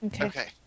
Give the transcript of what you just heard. Okay